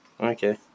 Okay